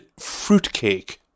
fruitcake